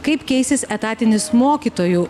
kaip keisis etatinis mokytojų